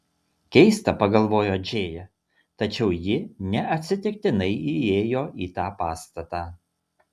keista pagalvojo džėja tačiau ji neatsitiktinai įėjo į tą pastatą